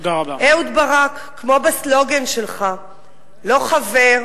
אהוד ברק, כמו בסלוגן שלך: לא חבר,